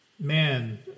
Man